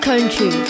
Country